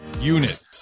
unit